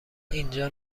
اینجا